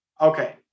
Okay